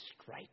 straight